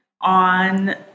on